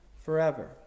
forever